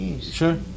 Sure